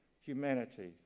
humanity